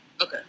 Okay